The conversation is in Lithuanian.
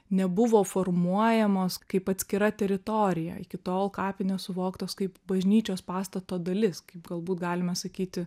nebuvo formuojamos kaip atskira teritorija iki tol kapinės suvoktos kaip bažnyčios pastato dalis kaip galbūt galime sakyti